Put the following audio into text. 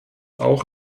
auch